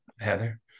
Heather